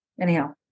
Anyhow